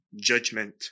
judgment